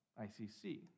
ICC